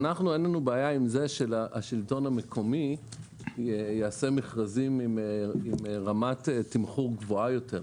לנו אין בעיה שהשלטון המקומי יעשה מכרזים עם רמת תמחור גבוהה יותר,